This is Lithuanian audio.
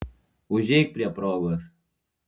užeik prie progos